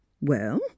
Well